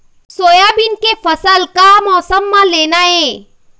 Soybean के फसल का मौसम म लेना ये?